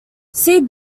see